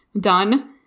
done